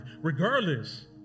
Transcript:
regardless